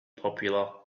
popular